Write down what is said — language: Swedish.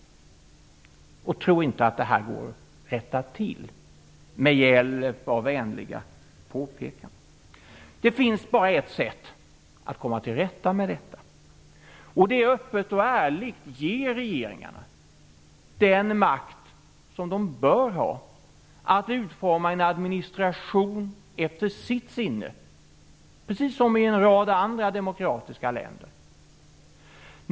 Tro inte att detta går att rätta till med hjälp av vänliga påpekanden. Det finns bara ett sätt att komma till rätta med detta. Det är att öppet och ärligt ge regeringarna den makt som de bör ha att utforma en administration efter sitt sinne, precis som i en rad andra demokratiska länder.